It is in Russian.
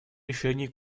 решении